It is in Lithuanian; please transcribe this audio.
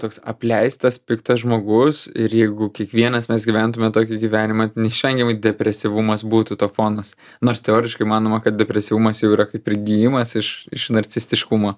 toks apleistas piktas žmogus ir jeigu kiekvienas mes gyventume tokį gyvenimą neišvengiamai depresyvumas būtų to fonas nors teoriškai manoma kad depresyvumas jau yra kaip ir gijimas iš iš narcistiškumo